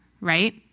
Right